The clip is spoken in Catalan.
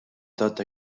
tot